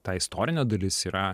ta istorinė dalis yra